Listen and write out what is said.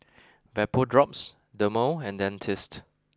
VapoDrops Dermale and Dentiste